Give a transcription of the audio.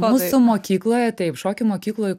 mūsų mokykloje taip šokių mokykloj